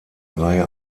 reihe